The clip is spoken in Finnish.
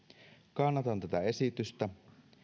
kannatan tätä esitystä